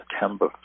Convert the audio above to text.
September